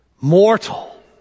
Mortal